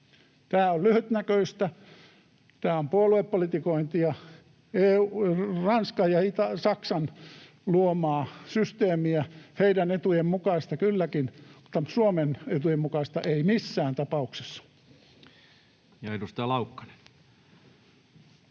Tämä on lyhytnäköistä, tämä on puoluepolitikointia, Ranskan ja Saksan luomaa systeemiä, heidän etujensa mukaista kylläkin, mutta Suomen etujen mukaista ei missään tapauksessa. [Speech